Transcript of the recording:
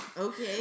Okay